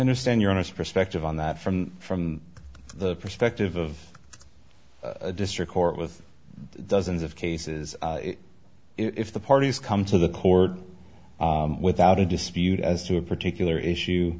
understand your honest perspective on that from from the perspective of a district court with dozens of cases if the parties come to the court without a dispute as to a particular issue